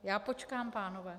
Já počkám, pánové...